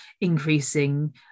increasing